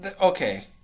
Okay